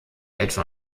etwa